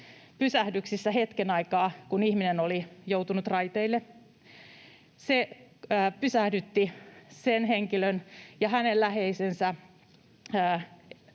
pysähdyksissä hetken aikaa, kun ihminen oli joutunut raiteille. Se pysähdytti sen henkilön ja hänen läheistensä